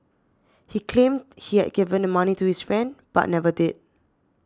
he claimed he had given the money to his friend but never did